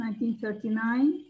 1939